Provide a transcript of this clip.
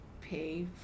pay